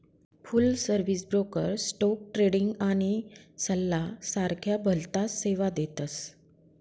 फुल service broker stock trading आणि सल्ला सारख्या भलताच सेवा देतस